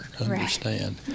understand